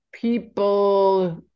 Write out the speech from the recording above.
People